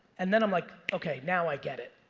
and then i'm like, okay, now i get it.